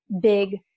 big